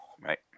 Right